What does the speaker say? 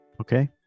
Okay